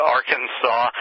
Arkansas